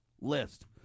list